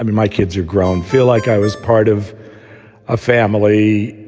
my kids are grown, feel like i was part of a family,